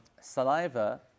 saliva